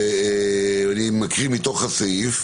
ואני מקריא מתוך הסעיף: